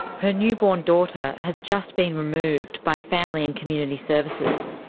her newborn daughter has just been removed by family and community services.